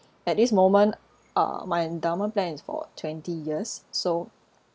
at this moment uh my endowment plan is for twenty years so